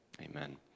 amen